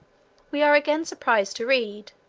we are again surprised to read,